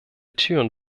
türen